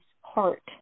heart